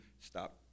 stop